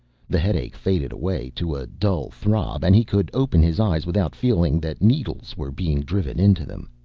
the headache faded away to a dull throb and he could open his eyes without feeling that needles were being driven into them.